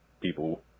people